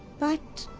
but.